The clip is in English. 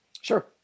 Sure